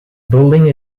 building